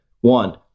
One